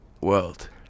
world